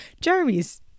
Jeremy's